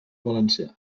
valencià